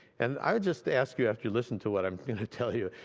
and i'd just ask you after listening to what i'm going to tell you,